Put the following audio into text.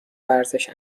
ورزش